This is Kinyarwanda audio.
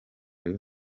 rayon